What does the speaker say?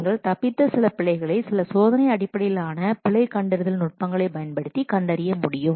நீங்கள் தப்பித்த சில பிழைகளை சில சோதனை அடிப்படையிலான பிழை கண்டறிதல் நுட்பங்களைப் பயன்படுத்தி கண்டறிய முடியும்